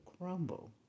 crumble